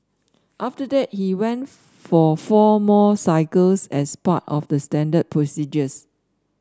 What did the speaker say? after that he went for four more cycles as part of the standard procedures